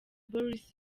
boris